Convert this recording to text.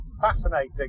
fascinating